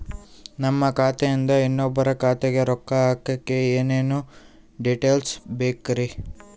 ನಮ್ಮ ಖಾತೆಯಿಂದ ಇನ್ನೊಬ್ಬರ ಖಾತೆಗೆ ರೊಕ್ಕ ಹಾಕಕ್ಕೆ ಏನೇನು ಡೇಟೇಲ್ಸ್ ಬೇಕರಿ?